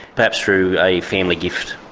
perhaps through a family gift,